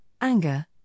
anger